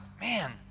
man